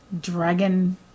dragon